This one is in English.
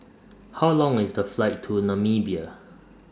How Long IS The Flight to Namibia